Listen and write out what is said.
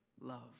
love